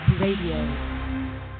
Radio